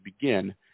begin